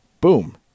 Boom